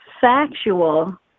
factual